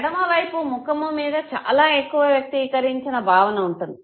ఎడమ వైపు ముఖము మీద చాలా ఎక్కువ వ్యక్తీకరించిన భావన ఉంటుంది